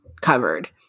covered